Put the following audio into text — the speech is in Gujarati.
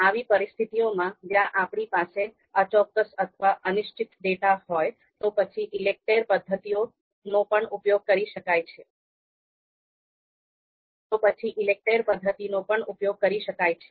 એવી પરિસ્થિતિઓમાં જ્યાં આપણી પાસે અચોક્કસ અથવા અનિશ્ચિત ડેટા હોય તો પછી ઈલેકટેર પદ્ધતિનો પણ ઉપયોગ કરી શકાય છે